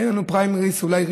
אין לנו אולי פריימריז רשמיים,